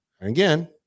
again